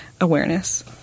awareness